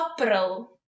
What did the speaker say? April